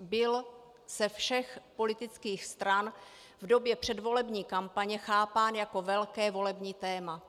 bylo ze všech politických stran v době předvolební kampaně chápáno jako velké volební téma.